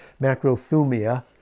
macrothumia